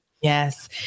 Yes